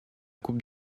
coupe